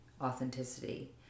authenticity